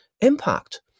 impact